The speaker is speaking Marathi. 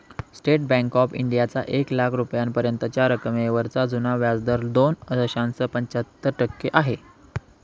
स्टेट बँक ऑफ इंडियाचा एक लाख रुपयांपर्यंतच्या रकमेवरचा जुना व्याजदर दोन दशांश पंच्याहत्तर टक्के आहे